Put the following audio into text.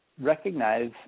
recognize